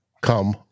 come